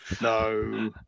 No